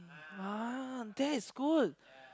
ah that is good